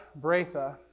Bretha